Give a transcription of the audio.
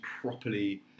properly